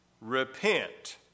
repent